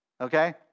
Okay